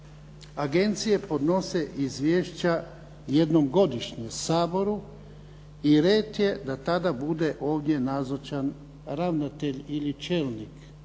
agencije podnose izvješća jednom godišnje Saboru i red je da tada ovdje bude nazočan ravnatelj ili čelnik